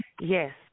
yes